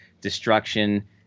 destruction